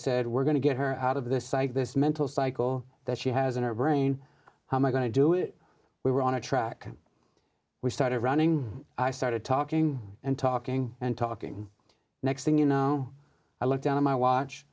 said we're going to get her out of this psych this mental cycle that she has in her brain how my going to do it we were on a track we started running i started talking and talking and talking next thing you know i looked at my watch